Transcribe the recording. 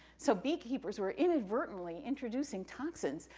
so beekeepers were inadvertently introducing toxins,